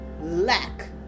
lack